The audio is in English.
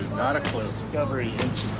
not a clue. discovery